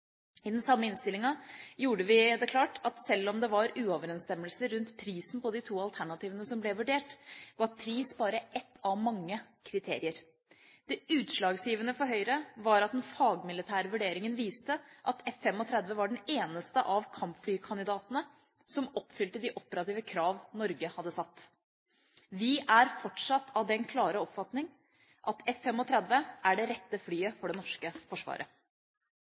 I den samme innstillinga gjorde vi det klart at sjøl om det var uoverensstemmelser rundt prisen på de to alternativene som ble vurdert, var pris bare ett av mange kriterier. Det utslagsgivende for Høyre var at den fagmilitære vurderingen viste at F-35 var den eneste av kampflykandidatene som oppfylte de operative krav Norge hadde satt. Vi er fortsatt av den klare oppfatning at F-35 er det rette flyet for det norske forsvaret.